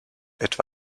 etwa